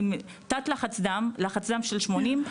עם לחץ דם של 80,